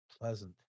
pleasant